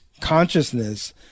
consciousness